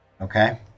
Okay